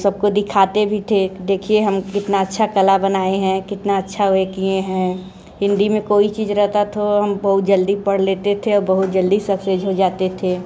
सब को दिखाते भी थे कि देखिए हम कितना अच्छा कला बनाए हैं कितना अच्छा ये किए हैं हिंदी मैं कोई चीज़ रहता थो हम बहुत जल्दी पढ़ लेते थे औ बहुत जल्दी सक्सेज़ हो जाते थे